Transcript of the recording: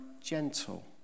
gentle